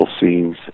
scenes